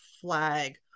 flag